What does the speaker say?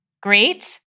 Great